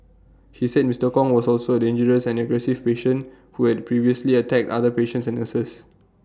he said Mister Kong was also A dangerous and aggressive patient who had previously attacked other patients and nurses